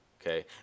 okay